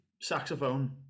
saxophone